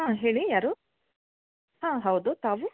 ಹಾಂ ಹೇಳಿ ಯಾರು ಹಾಂ ಹೌದು ತಾವು